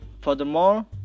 Furthermore